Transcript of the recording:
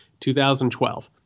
2012—